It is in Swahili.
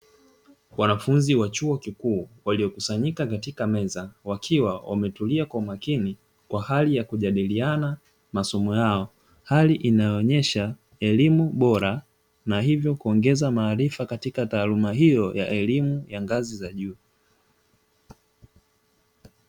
Wanafunzi wa chuo kikuu waliokusanyika katika meza wakiwa wametulia kwa makini wa hali ya kujadikiana masomo yao, hali inayoonyesha elimu bora na hivyo kuongeza maarifa katika taaluma hiyo ya elimu ya ngazi za juu.